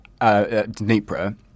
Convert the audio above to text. Dnipro